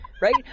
Right